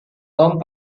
tom